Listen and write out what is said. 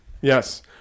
Yes